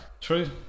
True